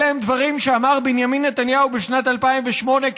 אלה הם דברים שאמר בנימין נתניהו בשנת 2008,